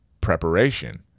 preparation